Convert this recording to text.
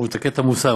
את קטע המוסר.